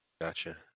gotcha